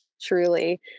Truly